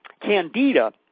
Candida